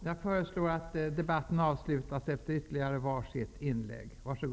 Jag föreslår att debatten avslutas efter ytterligare var sitt inlägg.